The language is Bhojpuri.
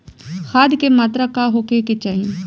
खाध के मात्रा का होखे के चाही?